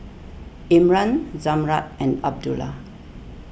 Imran Zamrud and Abdullah